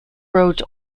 rhodes